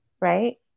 right